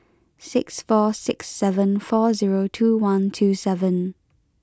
six four six seven four zero two one two seven